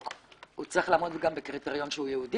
יצטרך לעמוד גם בקריטריון שהוא יהודי?